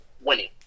winning